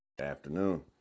Afternoon